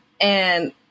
And-